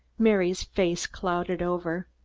mary's face clouded over.